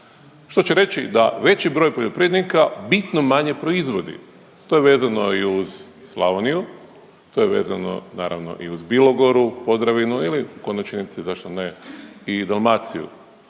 što će reći da veći broj poljoprivrednika bitno manje proizvodi. To je vezano i uz Slavoniju, to je vezano naravno i uz Bilogoru, Podravinu ili u konačnici zašto ne i Dalmaciju.